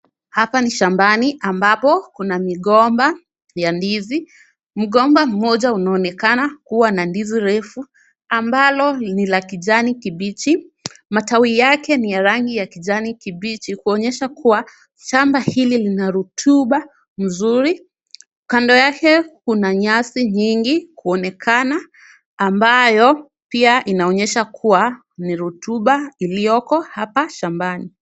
Hapa ni shambani ambapo kuna migomba ya ndizi mgomba mmoja unaonekana kuwa na ndizi refu, ambalo ni la kijani kibichi. Matawi yake ni ya rangi ya kijani kibichi, kuonyesha kuwa shamba hili lina rutuba nzuri. Kando yake kuna nyasi nyingi kuonekana ambayo pia inaonyesha kuwa ni rutuba ilioko hapa shambani.